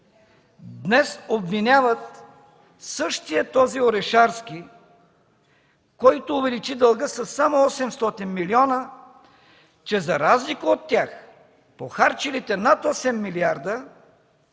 днес обвиняват същия този Орешарски, който увеличи дълга със само 800 милиона, че за разлика от тях – похарчилите над 8 милиарда,